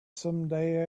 someday